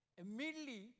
Immediately